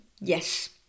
Yes